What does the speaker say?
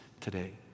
today